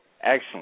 excellent